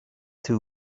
two